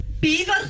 Beaver